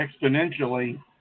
exponentially